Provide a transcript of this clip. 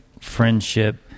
friendship